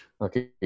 okay